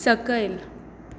सकयल